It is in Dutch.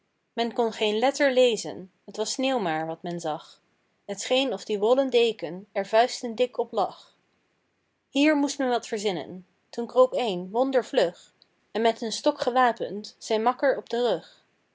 men kon geen letter lezen t was sneeuw maar wat men zag t scheen of die wollen deken er vuisten dik op lag pieter louwerse alles zingt hier moest men wat verzinnen toen kroop een wonder vlug en met een stok gewapend zijn makker op den rug